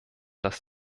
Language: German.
das